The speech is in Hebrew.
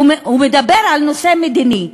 הוא מדבר על נושא מדיני,